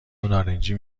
نارنجی